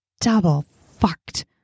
double-fucked